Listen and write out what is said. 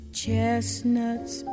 chestnuts